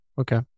Okay